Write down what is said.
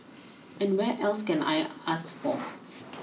and where else can I ask for